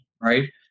right